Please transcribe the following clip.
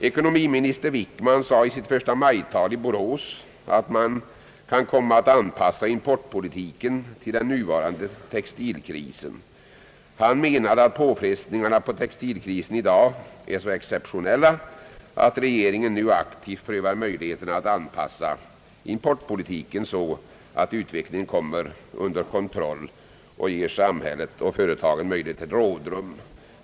Ekonomiminister Wickman sade i sitt förstamajtal i Borås att man kan komma att anpassa importpolitiken till den nuvarande textilkrisen. Han menade att påfrestningarna på textilindustrin i dag är så exceptionella att regeringen nu aktivt prövar möjligheterna att anpassa importpolitiken så, att utvecklingen kommer under kontroll och ger samhället och företagen möjlighet till rådrum.